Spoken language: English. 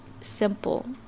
simple